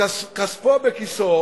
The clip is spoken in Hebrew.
שכספו בכיסו